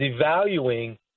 devaluing